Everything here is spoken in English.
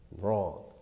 Wrong